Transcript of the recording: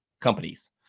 companies